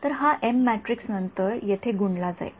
तर हा M matrix नंतर येथे गुणला जाईल